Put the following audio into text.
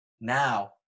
now